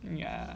yeah